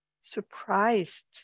surprised